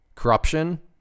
corruption